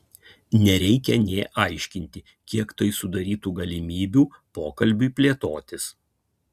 nereikia nė aiškinti kiek tai sudarytų galimybių pokalbiui plėtotis